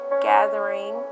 gathering